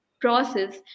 process